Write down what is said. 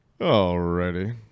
Alrighty